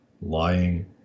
lying